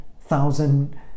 thousand